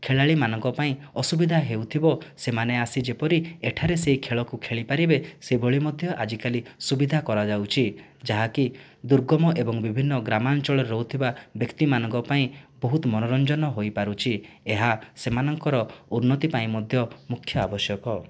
ଖେଳାଳିମାନଙ୍କ ପାଇଁ ଅସୁବିଧା ହେଉଥିବ ସେମାନେ ଆସି ଯେପରି ଏଠାରେ ସେହି ଖେଳକୁ ଖେଳି ପାରିବେ ସେଭଳି ମଧ୍ୟ ଆଜି କାଲି ସୁବିଧା କରାଯାଉଛି ଯାହାକି ଦୁର୍ଗମ ଏବଂ ବିଭିନ୍ନ ଗ୍ରାମାଞ୍ଚଳରେ ରହୁଥିବା ବ୍ୟକ୍ତିମାନଙ୍କ ପାଇଁ ବହୁତ ମନୋରଞ୍ଜନ ହୋଇପାରୁଛି ଏହା ସେମାନଙ୍କର ଉନ୍ନତି ପାଇଁ ମଧ୍ୟ ମୁଖ୍ୟ ଆବଶ୍ୟକ